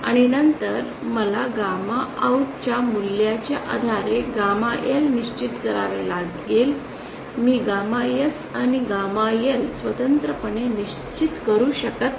आणि नंतर मला गॅमा आउट च्या मूल्याच्या आधारे गॅमा L निश्चित करावे लागेल मी गॅमा S आणि गॅमा L स्वतंत्रपणे निश्चित करू शकत नाही